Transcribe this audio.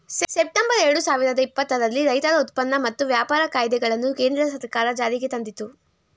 September ಎರಡು ಸಾವಿರದ ಇಪ್ಪತ್ತರಲ್ಲಿ ರೈತರ ಉತ್ಪನ್ನ ಮತ್ತು ವ್ಯಾಪಾರ ಕಾಯ್ದೆಗಳನ್ನು ಕೇಂದ್ರ ಸರ್ಕಾರ ಜಾರಿಗೆ ತಂದಿತು